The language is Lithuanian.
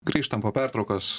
grįžtam po pertraukos